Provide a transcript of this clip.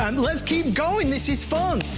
um let's keep going! this is fun!